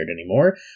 anymore